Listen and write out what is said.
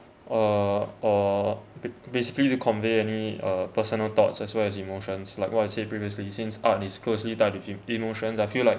uh or ba~ basically to convey any uh personal thoughts as well as emotions like what I said previously since art is closely tied with emotions I feel like